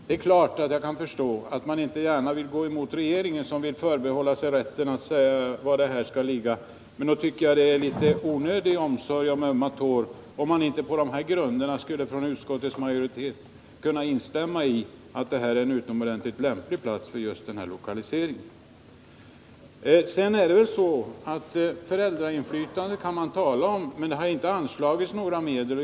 Det är klart att jag förstår att utskottsmajoriteten inte gärna vill gå emot regeringen, som vill förbehålla sig rätten att bestämma var det här kansliet skall ligga, men nog tycker jag att utskottsmajoriteten har en något onödig rädsla för att trampa på ömma tår om man inte på dessa grunder skulle kunna instämma i att den plats vi föreslagit är utomordentligt lämplig för just den här lokaliseringen. Föräldrainflytandet talas det här om, men för detta har inte anslagits några medel.